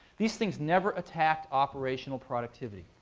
these things never attacked operational productivity.